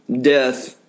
death